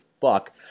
fuck